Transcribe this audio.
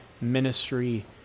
ministry